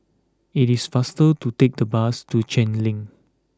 it is faster to take the bus to Cheng Lim